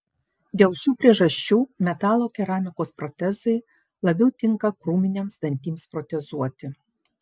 dėl šių priežasčių metalo keramikos protezai labiau tinka krūminiams dantims protezuoti